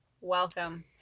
Welcome